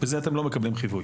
בזה אתם לא מקבלים חיווי.